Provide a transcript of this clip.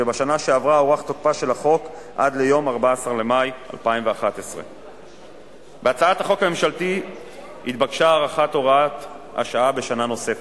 ובשנה שעברה הוארך תוקפו של החוק עד ליום 14 במאי 2011. בהצעת החוק הממשלתית התבקשה הארכת הוראת השעה בשנה נוספת.